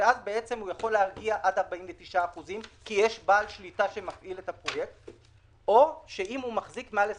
ואז הוא יכול להגיע עד 49%. אם הוא מחזיק מעל 25%,